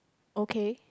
okay